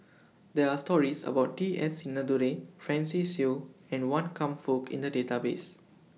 There Are stories about T S Sinnathuray Francis Seow and Wan Kam Fook in The Database